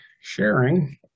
sharing